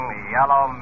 Yellow